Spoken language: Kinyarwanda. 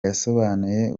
yasobanuye